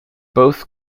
both